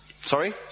sorry